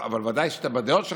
אבל בוודאי שלא תבגוד בדעות שלך.